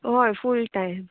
हय full time